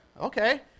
Okay